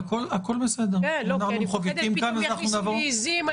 אני מפחדת שפתאום יכניסו לי עזים,